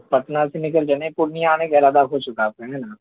پٹنہ سے نکل گئے ہیں پورنیہ آنے کا ارادہ ہو چکا ہے آپ کا ہے نا